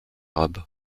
robes